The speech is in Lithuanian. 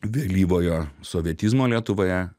vėlyvojo sovietizmo lietuvoje